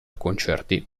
concerti